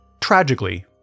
Tragically